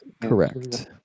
correct